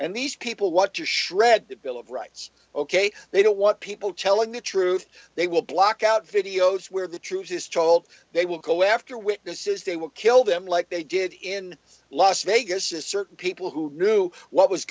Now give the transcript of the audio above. and these people want to shred the bill of rights ok they don't want people telling the truth they will block out videos where the truth is told they will go after witnesses they will kill them like they did in las vegas a certain people who knew what was